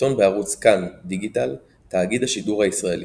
סרטון בערוץ "כאן | דיגיטל - תאגיד השידור הישראלי",